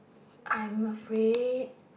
I'm afraid